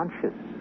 conscious